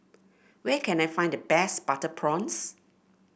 where can I find the best Butter Prawns